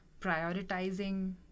prioritizing